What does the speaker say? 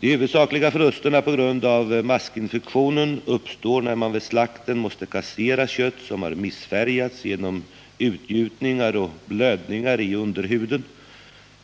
De huvudsakliga förlusterna på grund av maskinfektionen uppstår när man vid slakten måste kassera kött, som har missfärgats genom utgjutningar och blödningar i underhuden.